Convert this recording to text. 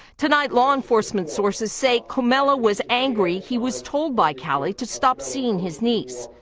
tonight law enforcement sources say comello was angry he was told by cali to stop seeing his niece.